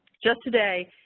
just today,